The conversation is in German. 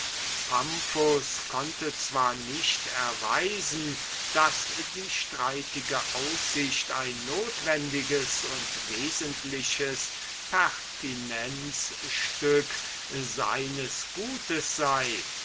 pamphus konnte zwar nicht erweisen daß die strittige aussicht ein notwendiges und wesentliches pertinenzstück seines gutes sei